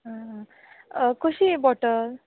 आं कशी बॉटल